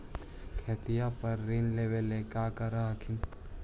खेतिया पर ऋण लेबे ला की कर हखिन?